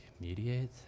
mediate